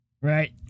Right